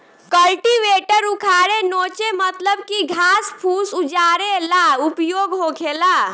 cultivator उखारे नोचे मतलब की घास फूस उजारे ला उपयोग होखेला